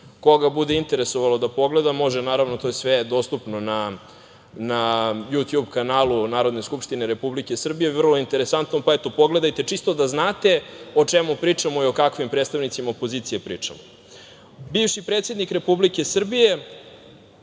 Koga bude interesovalo da pogleda, može, naravno, to sve je dostupno na „Jutjub“ kanalu Narodne skupštine Republike Srbije. Vrlo je interesantno, pa eto, pogledajte, čisto da znate o čemu pričamo i o kakvim predstavnicima opozicije pričamo. Bivši predsednik Republike Srbije